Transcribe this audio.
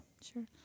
sure